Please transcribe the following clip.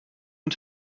und